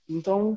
Então